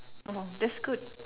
oh that's good